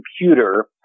computer